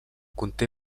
conté